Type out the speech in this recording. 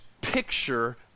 picture